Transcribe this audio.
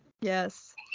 Yes